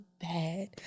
bad